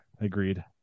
agreed